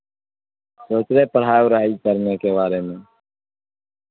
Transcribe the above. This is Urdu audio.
سچ رہے پڑھائی وڑھائی کرنے کے بارے میں